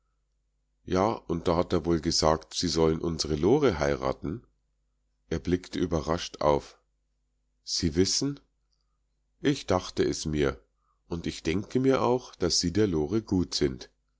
ja und da hat er wohl gesagt sie sollen unsere lore heiraten er blickte überrascht auf sie wissen ich dachte es mir und ich denke mir auch daß sie der lore gut sind